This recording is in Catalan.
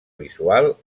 visual